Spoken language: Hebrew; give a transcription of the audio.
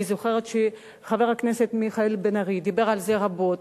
אני זוכרת שחבר הכנסת מיכאל בן-ארי דיבר על זה רבות,